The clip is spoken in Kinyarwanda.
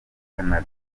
canada